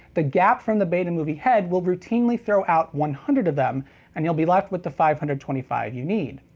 the gap from the betamovie head will routinely throw out one hundred of them and you'll be left with the five hundred and twenty five you need.